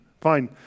Fine